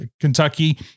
Kentucky